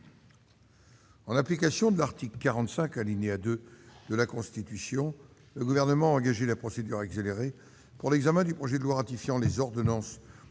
En application de l'article 45, alinéa 2, de la Constitution, le Gouvernement a engagé la procédure accélérée pour l'examen du projet de loi ratifiant les ordonnances